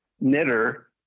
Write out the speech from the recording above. knitter